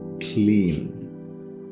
clean